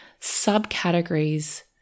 subcategories